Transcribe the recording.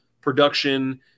production